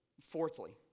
Fourthly